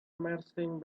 marching